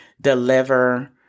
deliver